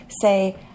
say